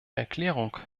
erklärung